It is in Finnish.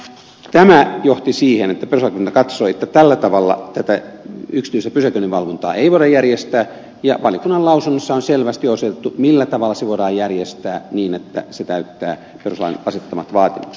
tämä johti siihen että perustuslakivaliokunta katsoi että tällä tavalla yksityistä pysäköinninvalvontaa ei voida järjestää ja valiokunnan lausunnossa on selvästi osoitettu millä tavalla se voidaan järjestää niin että se täyttää perustuslain asettamat vaatimukset